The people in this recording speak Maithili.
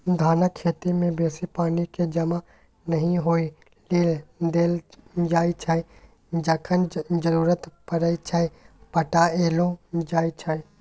धानक खेती मे बेसी पानि केँ जमा नहि होइ लेल देल जाइ छै जखन जरुरत परय छै पटाएलो जाइ छै